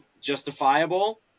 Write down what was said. justifiable